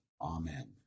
Amen